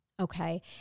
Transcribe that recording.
Okay